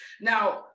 Now